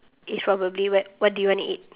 is probably what what do you wanna eat